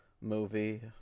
movie